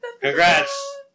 Congrats